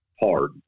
hard